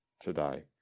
today